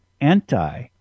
anti